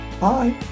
Bye